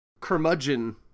curmudgeon